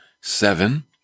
seven